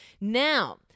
Now